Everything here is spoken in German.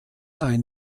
ein